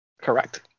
Correct